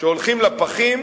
שהולכים לפחים,